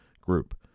group